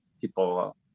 people